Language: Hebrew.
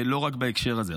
לא רק בהקשר הזה.